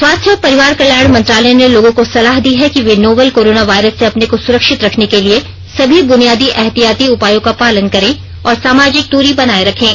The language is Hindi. स्वास्थ्य और परिवार कल्याण मंत्रालय ने लोगों को सलाह दी है कि वे नोवल कोरोना वायरस से अपने को सुरक्षित रखने के लिए सभी बुनियादी एहतियाती उपायों का पालन करें और सामाजिक दूरी बनाए रखें